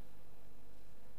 הצעת החוק קובעת גם